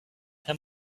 him